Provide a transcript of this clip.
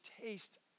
taste